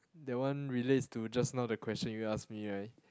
that one relates to just now that question you asked me right